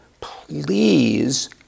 please